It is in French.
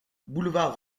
boulevard